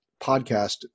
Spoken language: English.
podcast